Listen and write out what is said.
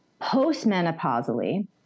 postmenopausally